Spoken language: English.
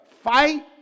Fight